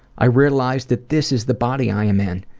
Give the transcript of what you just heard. i realized that this is the body i am in,